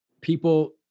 people